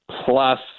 Plus